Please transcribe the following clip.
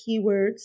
keywords